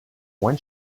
when